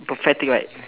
pathetic right